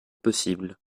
possible